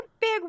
big